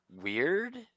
weird